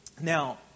Now